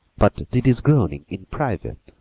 but did his groaning in private.